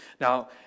Now